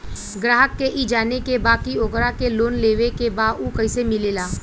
ग्राहक के ई जाने के बा की ओकरा के लोन लेवे के बा ऊ कैसे मिलेला?